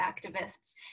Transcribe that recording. activists